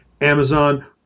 Amazon